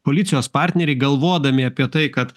koalicijos partneriai galvodami apie tai kad